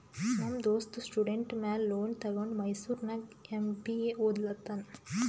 ನಮ್ ದೋಸ್ತ ಸ್ಟೂಡೆಂಟ್ ಮ್ಯಾಲ ಲೋನ್ ತಗೊಂಡ ಮೈಸೂರ್ನಾಗ್ ಎಂ.ಬಿ.ಎ ಒದ್ಲತಾನ್